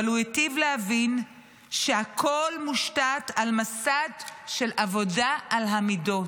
אבל הוא היטיב להבין שהכול מושתת על מסד של עבודה על המידות.